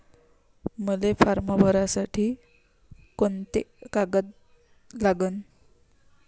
मले फारम भरासाठी कोंते कागद लागन?